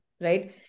Right